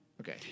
Okay